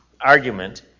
argument